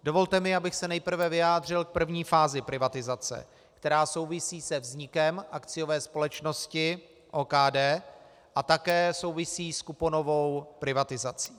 Dovolte mi, abych se nejprve vyjádřil k první fázi privatizace, která souvisí se vznikem akciové společnosti OKD a také souvisí s kuponovou privatizací.